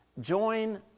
join